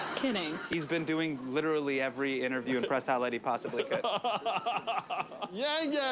kidding. he's been doing literally every interview and press outlet he possibly could. ah yeah yeah